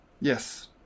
yes